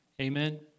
Amen